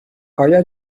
آیا